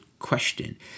question